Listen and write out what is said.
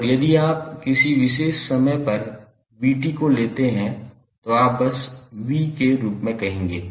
और यदि आप किसी विशेष समय पर 𝑣 को लेते हैं तो आप बस 𝑣 के रूप में कहेंगे